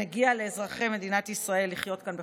מגיע לאזרחי מדינת ישראל לחיות כאן בכבוד.